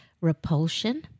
Repulsion